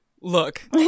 look